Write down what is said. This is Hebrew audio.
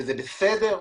זה בסדר.